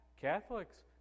Catholics